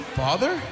father